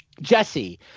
jesse